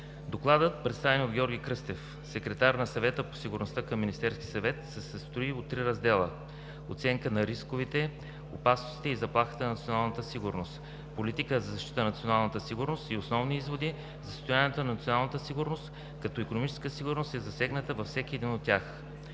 Докладът, представен от Георги Кръстев – секретар на Съвета по сигурността към Министерски съвет, се състои от три раздела – Оценка на рисковете, опасностите и заплахите за националната сигурност, Политики за защита на националната сигурност и Основни изводи за състоянието на националната сигурност, като икономическата сигурност е засегната във всеки един от тях.